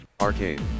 Arcade